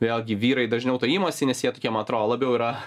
vėlgi vyrai dažniau imasi nes jie tokie man atrodo labiau yra